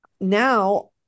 now